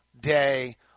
day